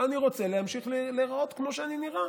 אני רוצה להמשיך להיראות כמו שאני נראה.